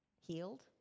healed